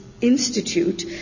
institute